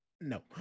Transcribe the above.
No